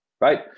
right